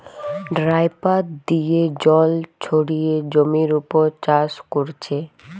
dripper দিয়ে জল ছড়িয়ে জমির উপর চাষ কোরছে